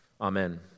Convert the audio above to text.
Amen